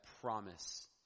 promise